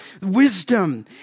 wisdom